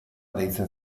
deitzen